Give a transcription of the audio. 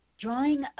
drawing